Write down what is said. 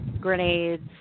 grenades